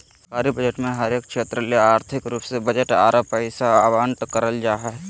सरकारी बजट मे हरेक क्षेत्र ले आर्थिक रूप से बजट आर पैसा आवंटन करल जा हय